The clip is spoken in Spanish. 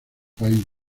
país